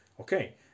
Okay